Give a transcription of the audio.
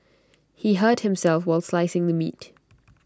he hurt himself while slicing the meat